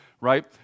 right